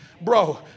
Bro